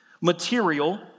material